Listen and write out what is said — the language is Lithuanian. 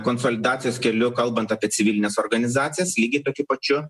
konsolidacijos keliu kalbant apie civilines organizacijas lygiai tokiu pačiu